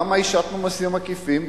למה השתנו מסים עקיפים?